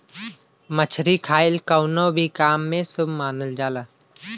मछरी खाईल कवनो भी काम में शुभ मानल जाला